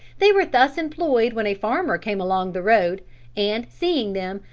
they were thus employed when a farmer came along the road and, seeing them,